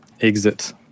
exit